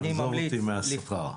עזוב את השכר.